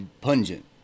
pungent